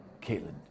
Caitlin